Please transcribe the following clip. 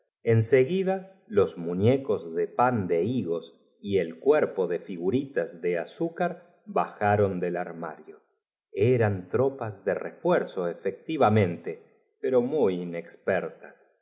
ida los muñecos de pan de higos y el cuerpo de figuritas de azúc ar bajaron del arm ario eran tropas de refuerzo efectivamente pero muy